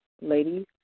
ladies